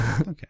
Okay